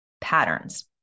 patterns